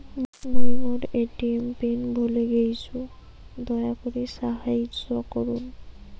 মুই মোর ATM PIN ভুলে গেইসু, দয়া করি সাহাইয্য করুন